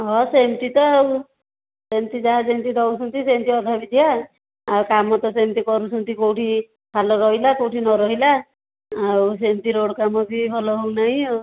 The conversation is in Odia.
ହଁ ସେମିତି ତ ଆଉ ସେମିତି ଯାହା ଯେମିତି ଦେଉଛନ୍ତି ସେମିତି ଅଧା ବିଦିଆ ଆଉ କାମ ତ ସେମିତି କରୁଛନ୍ତି କେଉଁଠି ରହିଲା କେଉଁଠି ନ ରହିଲା ଆଉ ସେମିତି ରୋଡ଼୍ କାମ ବି ଭଲ ହେଉନାହିଁ ଆଉ